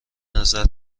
نظر